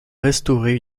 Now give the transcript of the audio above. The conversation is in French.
restauré